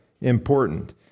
important